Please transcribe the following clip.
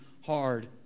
hard